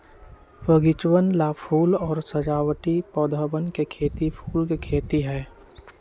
बगीचवन ला फूल और सजावटी पौधवन के खेती फूल के खेती है